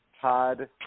Todd